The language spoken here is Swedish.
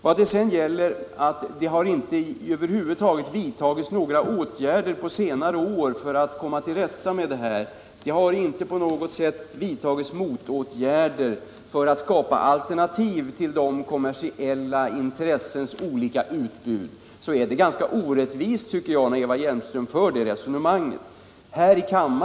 Vad sedan gäller påståendet att det på senare år över huvud taget inte skulle ha vidtagits några åtgärder för att komma till rätta med missförhållandena och för att skapa alternativ till de kommersiella intressenas olika utbud tycker jag, att Eva Hjelmström för ett ganska orättvist resonemang.